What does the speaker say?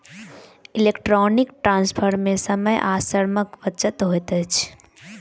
electronic transfer मे समय आ श्रमक बचत होइत छै